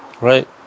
right